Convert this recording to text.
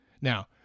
Now